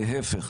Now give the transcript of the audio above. להפך,